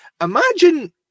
Imagine